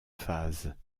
phases